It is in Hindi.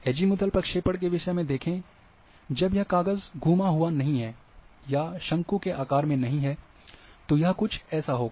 अजीमुथल प्रक्षेपण के विषय में देखें जब यह काग़ज़ घूमा हुआ नहीं है या शंकु के आकार में नहीं है तो यह कुछ ऐसा होगा